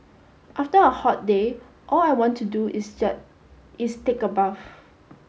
after a hot day all I want to do is is take a bath